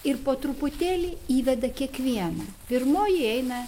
ir po truputėlį įveda kiekvieną pirmoji įeina